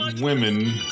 women